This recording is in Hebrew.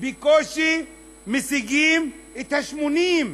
בקושי משיגים את ה-80.